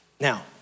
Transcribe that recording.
Now